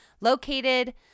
located